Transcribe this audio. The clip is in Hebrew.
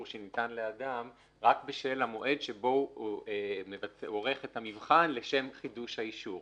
שניתן לאדם רק בשל המועד בו הוא עורך את המבחן לשם חידוש האישור.